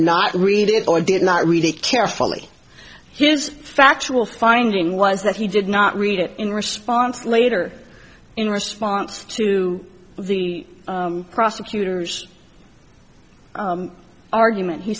not read it or did not read it carefully his factual finding was that he did not read it in response later in response to the prosecutor's argument he